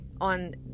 on